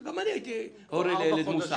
גם אני הייתי הורה לילד מוסע.